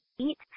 eat